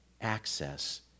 access